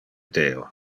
deo